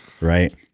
Right